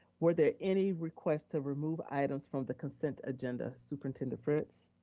were there any requests to remove items from the consent agenda, superintendent fritz?